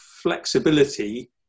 flexibility